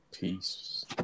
peace